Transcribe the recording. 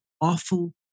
awful